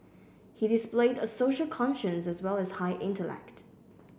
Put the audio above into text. he displayed a social conscience as well as high intellect